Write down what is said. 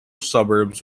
suburbs